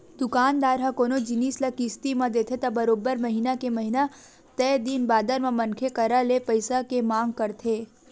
दुकानदार ह कोनो जिनिस ल किस्ती म देथे त बरोबर महिना के महिना तय दिन बादर म मनखे करा ले पइसा के मांग करथे